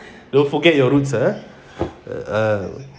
don't forget your roots ah uh ah